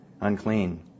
unclean